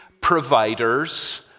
providers